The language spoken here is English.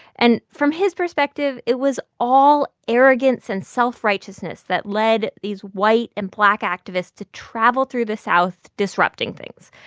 and from his perspective, it was all arrogance and self-righteousness that led these white and black activists to travel through the south disrupting things.